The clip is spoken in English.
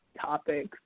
topics